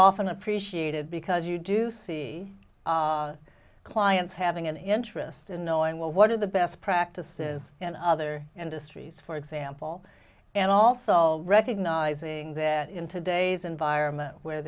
often appreciated because you do see clients having an interest in knowing well what are the best practices in other industries for example and also recognizing that in today's environment where